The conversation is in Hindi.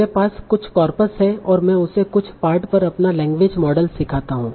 मेरे पास कुछ कॉर्पस है और मैं उसके कुछ पार्ट पर अपना लैंग्वेज मॉडल सीखता हूं